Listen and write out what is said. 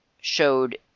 showed